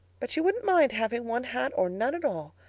but she wouldn't mind having one hat or none at all,